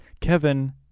Kevin